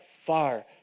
far